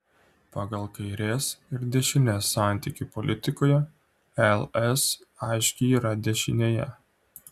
pagal kairės ir dešinės santykį politikoje ls aiškiai yra dešinėje